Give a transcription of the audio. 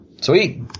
Sweet